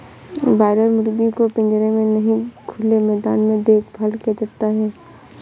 boiler मुर्गी को पिंजरे में नहीं खुले मैदान में देखभाल किया जाता है सुरेश